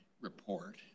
report